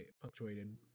punctuated